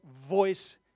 voice